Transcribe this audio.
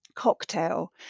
cocktail